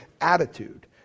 attitude